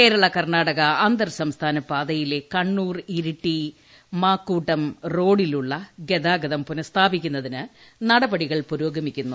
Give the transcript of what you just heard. കേരള കർണ്ണാട്ട്ക അന്തർ സംസ്ഥാന പാതയിലെ ന് കണ്ണൂർ ഇരിട്ടീ മാക്കൂട്ടം റോഡിലുള്ള ഗതാഗതം പുനസ്ഥാപിക്കുന്നതിന് നടപടികൾ പുരോഗമിക്കുന്നു